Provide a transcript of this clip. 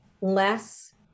less